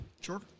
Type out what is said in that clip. sure